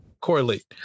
correlate